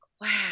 wow